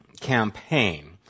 campaign